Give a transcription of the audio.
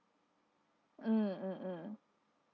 mm mm mm